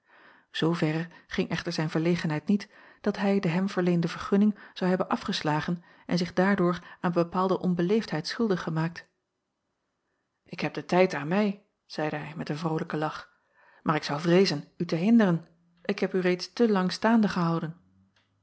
zooverre ging echter zijn verlegenheid niet dat hij de hem verleende vergunning zou hebben afgeslagen en zich daardoor aan bepaalde onbeleefdheid schuldig gemaakt ik heb den tijd aan mij zeide hij met een vrolijken lach maar ik zou vreezen u te hinderen ik heb u reeds te lang staande gehouden